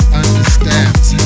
understands